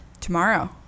Tomorrow